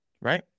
right